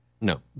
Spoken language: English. No